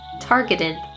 targeted